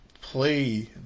play